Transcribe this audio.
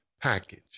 package